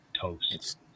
toast